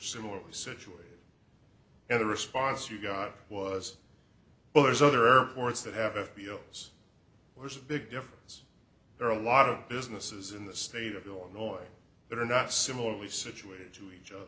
similarly situated and the response you got was well there's other airports that have f b o yes there's a big difference there are a lot of businesses in the state of illinois that are not similarly situated to each other